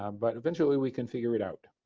um but eventually we can figure it out.